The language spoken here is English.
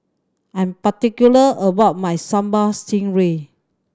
I'm particular about my Sambal Stingray